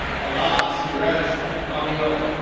palak suresh ramolia.